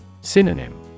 Synonym